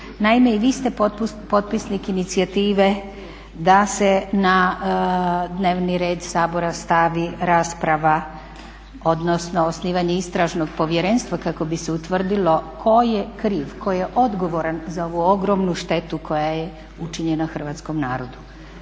Naime, i vi ste potpisnik inicijative da se na dnevni red Sabora stavi rasprava odnosno osnivanje istražnog povjerenstva kako bi se utvrdilo tko je kriv, tko je odgovoran za ovu ogromnu štetu koja je učinjena hrvatskom narodu.